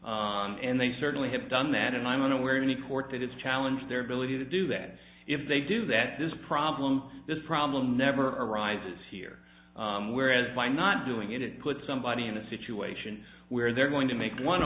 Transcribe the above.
culpability and they certainly have done that and i'm unaware of any court that is challenge their ability to do that if they do that this problem this problem never arises here whereas by not doing it it puts somebody in a situation where they're going to make one